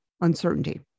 uncertainty